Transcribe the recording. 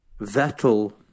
Vettel